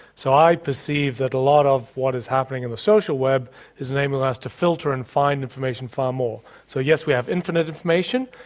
so i perceive that a lot of what is happening in the social web has enabled us to filter and find information far more. so yes, we have infinite information,